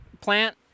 plant